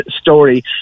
story